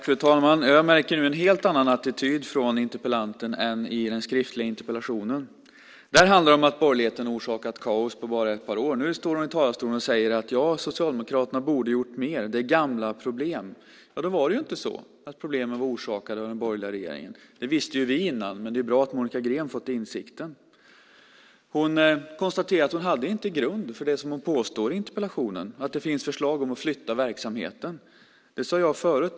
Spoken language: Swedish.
Fru talman! Jag märker nu en helt annan attityd från interpellanten än i den skriftliga interpellationen. Där handlar det om att borgerligheten orsakat kaos på bara ett par år. Nu står hon i talarstolen och säger att ja, Socialdemokraterna borde ha gjort mer, att det är gamla problem. Ja, då är det ju inte så att problemen är orsakade av den borgerliga regeringen. Det visste ju vi innan, men det är bra att också Monica Green har fått den insikten. Hon konstaterar att hon inte har grund för det som hon påstår i interpellationen, att det finns förslag om att flytta verksamheten. Det sade jag förut.